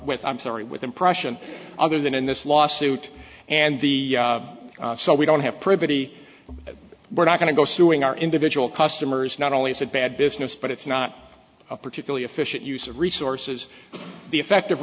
with i'm sorry with impression other than in this lawsuit and the so we don't have privy we're not going to go suing our individual customers not only is it bad business but it's not a particularly efficient use of resources the effect